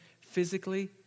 physically